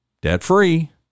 debt-free